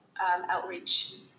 outreach